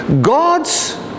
God's